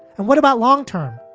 and what about long term?